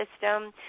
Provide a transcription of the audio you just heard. system